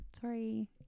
Sorry